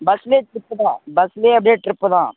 பஸ்ஸுலேயே trip தான் பஸ்ஸுலேயே அப்டியே ட்ரிப்பு தான்